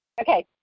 Okay